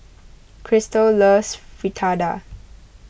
Krystle loves Fritada